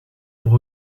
pour